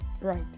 right